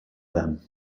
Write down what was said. them